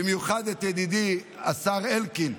במיוחד את ידידי השר אלקין,